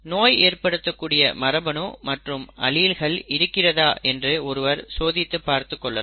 நோய் ஏற்படுத்தக்கூடிய மரபணு மற்றும் அலீல்ஸ் இருக்கிறதா என்று ஒருவர் சோதித்துப் பார்த்துக்கொள்ளலாம்